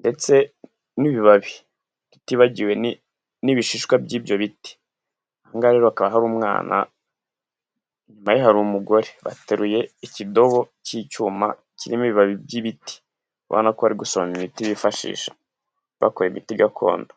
ndetse n'ibibabi tutibagiwe n'ibishishwa by'ibyo biti, aha ngaha rero hakaba hari umwana, inyuma ye hari umugore, bateruye ikidobo cy'icyuma kirimo ibibabi by'ibiti, urabona ko barimo gusoma imiti bifashisha bakora imiti gakondo.